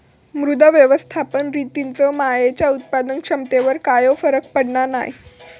मृदा व्यवस्थापन रितींचो मातीयेच्या उत्पादन क्षमतेवर कायव फरक पडना नाय